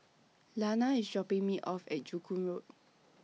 Lana IS dropping Me off At Joo Koon Road